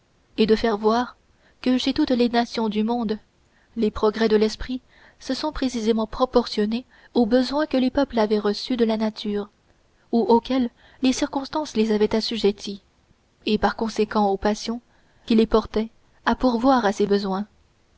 et de faire voir que chez toutes les nations du monde les progrès de l'esprit se sont précisément proportionnés aux besoins que les peuples avaient reçus de la nature ou auxquels les circonstances les avaient assujettis et par conséquent aux passions qui les portaient à pourvoir à ces besoins